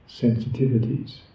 sensitivities